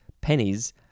pennies